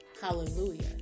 hallelujah